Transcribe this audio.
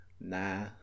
nah